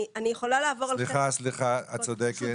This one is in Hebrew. סליחה, את צודקת.